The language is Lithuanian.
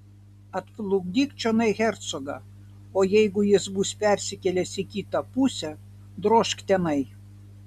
atplukdyk čionai hercogą o jeigu jis bus persikėlęs į kitą pusę drožk tenai